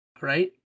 right